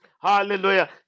Hallelujah